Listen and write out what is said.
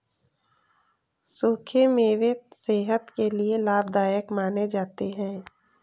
सुखे मेवे सेहत के लिये लाभदायक माने जाते है